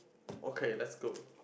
okay let's go